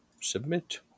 Submit